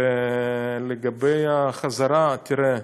לגבי החזרה, תראה,